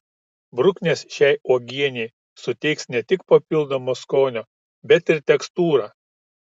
bruknės šiai uogienei suteiks ne tik papildomo skonio bet ir tekstūrą